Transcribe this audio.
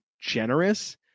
generous